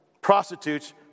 prostitutes